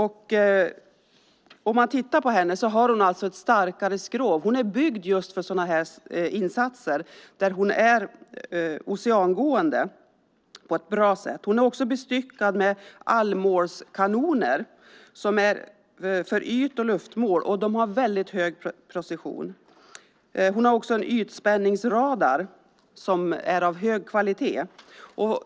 Hon har ett starkare skrov och är byggd för just sådana här insatser, eftersom hon är oceangående på ett bra sätt. Hon är också bestyckad med allmålskanoner för yt och luftmål, och de har väldigt hög precision. Hon har även en ytspänningsradar som är av hög kvalitet.